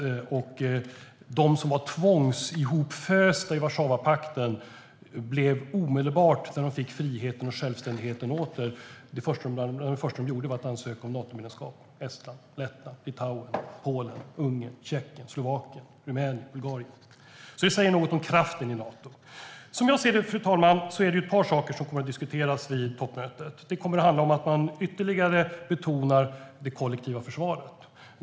Bland det första de som var tvångsihopfösta i Warszawapakten - Estland, Lettland, Litauen, Polen, Ungern, Tjeckien, Slovakien, Rumänien och Bulgarien - gjorde när de fick friheten och självständigheten åter var att ansöka om medlemskap i Nato. Det säger något om kraften i Nato. Jag ser, fru talman, att några saker kommer att diskuteras vid toppmötet. Det kommer för det första att handla om att man ytterligare betonar det kollektiva försvaret.